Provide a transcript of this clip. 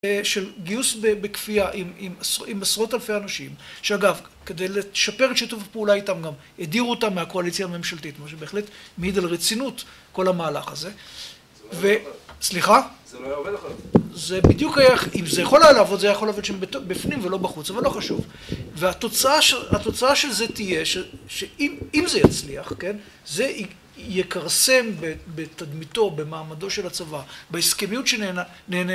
של גיוס בכפייה עם עשרות אלפי אנשים, שאגב, כדי לשפר את שיתוף הפעולה איתם גם, הדירו אותם מהקואליציה הממשלתית, מה שבהחלט מעיד על רצינות כל המהלך הזה. סליחה? זה לא היה עובד אחר כך. זה בדיוק היה, אם זה יכול היה לעבוד, זה היה יכול לעבוד שם בפנים ולא בחוץ, אבל לא חשוב. והתוצאה של זה תהיה שאם זה יצליח, כן, זה יכרסם בתדמיתו, במעמדו של הצבא, בהסכמיות שנהנה.